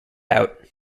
out